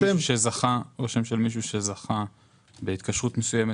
או שם של מישהו שזכה בהתקשרות מסוימת.